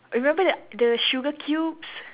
you remember that the sugar cubes